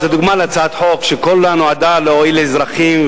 זו דוגמה להצעת חוק שכולה נועדה להועיל לאזרחים,